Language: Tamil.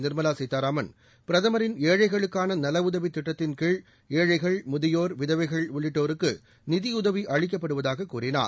நிர்மலா சீதாராமன் பிரதமரின் ஏழைகளுக்கான நல உதவித்திட்ட்தின்கீழ் ஏழைகள் முதியோா் விதவைகள் உள்ளிட்டோருக்கு நிதியுதவி அளிக்கப்படுவதாக கூறினார்